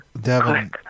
Devin